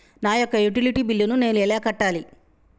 నా యొక్క utility bill నేను ఎలా కట్టాలి?